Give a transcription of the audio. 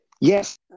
Yes